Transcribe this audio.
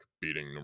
beating